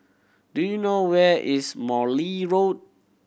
do you know where is Morley Road